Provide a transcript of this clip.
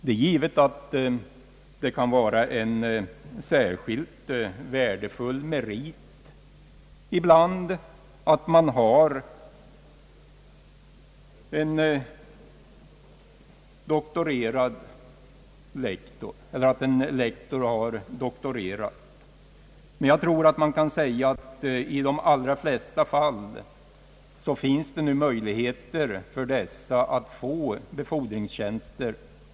Det kan givetvis vara en värdefull merit ibland att en lektor har doktorerat. I de allra flesta fall finns det nu möjligheter för dessa lektorer att få befordringstjänster.